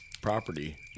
property